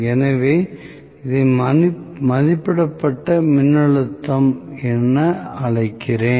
எனவே இதை மதிப்பிடப்பட்ட மின்னழுத்தம் என்று அழைக்கிறேன்